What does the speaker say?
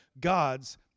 God's